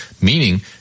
meaning